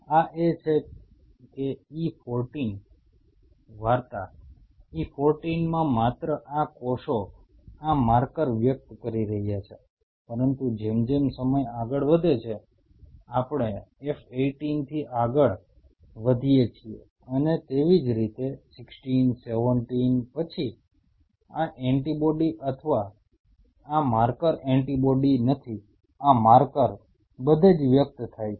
આ એ છે કે E14 વાર્તા E14 માં માત્ર આ કોષો આ માર્કર વ્યક્ત કરી રહ્યા છે પરંતુ જેમ જેમ સમય આગળ વધે છે આપણે F 18 થી આગળ વધીએ છીએ અને તેવી જ રીતે 16 17 પછી આ એન્ટિબોડી અથવા આ માર્કર એન્ટિબોડી નથી આ માર્કર બધે જ વ્યક્ત થાય છે